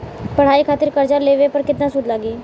पढ़ाई खातिर कर्जा लेवे पर केतना सूद लागी?